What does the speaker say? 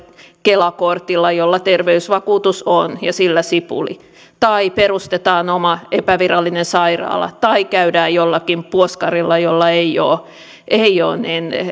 kela kortilla jolla terveysvakuutus on ja sillä sipuli tai perustetaan oma epävirallinen sairaala tai käydään jollakin puoskarilla jolla ei ole ei ole